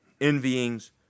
envyings